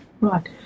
Right